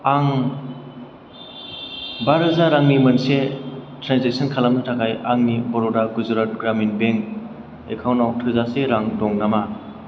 आं बा रोजा रांनि मोनसे ट्रेन्जेक्सन खालामनो थाखाय आंनि बर'दा गुजरात ग्रामिन बेंक एकाउन्टाव थोजासे रां दं नामा